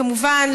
כמובן,